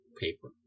paper